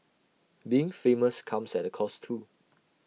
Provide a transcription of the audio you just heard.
being famous comes at A cost too